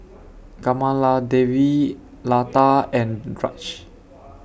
Kamaladevi Lata and Raj